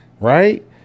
right